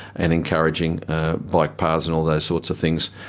and encouraging bike parks and all those sorts of things,